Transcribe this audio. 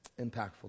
impactful